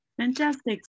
Fantastic